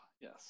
Yes